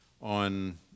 on